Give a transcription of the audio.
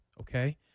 okay